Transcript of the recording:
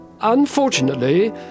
Unfortunately